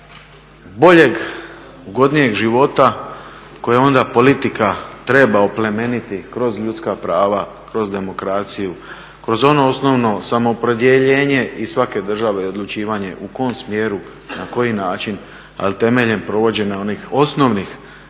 boljeg i ugodnijeg života kojeg onda politika treba oplemeniti kroz ljudska prava, kroz demokraciju, kroz ono osnovno samoopredjeljenje i svake države i odlučivanje u kom smjeru, na koji način ali temeljem provođenja onih osnovnih